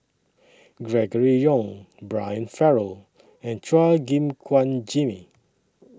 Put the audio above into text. Gregory Yong Brian Farrell and Chua Gim Guan Jimmy